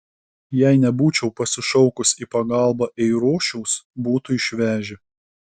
jei nebūčiau pasišaukus į pagalbą eirošiaus būtų išvežę